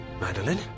Madeline